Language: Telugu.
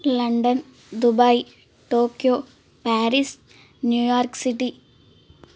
London Dubai Tokyo Paris New York city